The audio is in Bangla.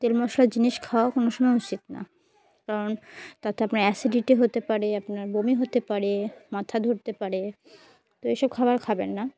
তেল মশলার জিনিস খাওয়া কোনো সময় উচিত না কারণ তাতে আপনার অ্যাসিডিটি হতে পারে আপনার বমি হতে পারে মাথা ধরতে পারে তো এইসব খাবার খাবেন না